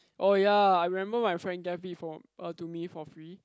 oh ya I remember my friend gave it for to me for free